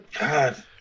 God